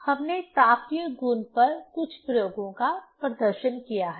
हमने तापीय गुण पर कुछ प्रयोगों का प्रदर्शन किया है